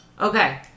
Okay